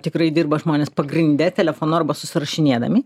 tikrai dirba žmonės pagrinde telefonu arba susirašinėdami